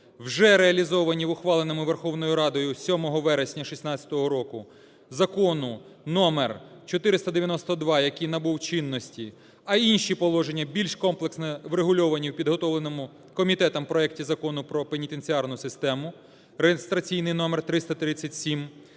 вже реалізовані в ухваленому Верховною Радою 7 вересня 2016 року закону № 492, який набув чинності, а інші положення, більш комплексно врегульовані в підготовленому комітетом проекті Закону про пенітенціарну систему (реєстраційний номер 337),